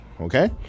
Okay